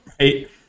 right